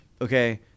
okay